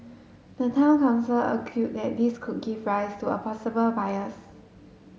the town council argue that this could give rise to a possible bias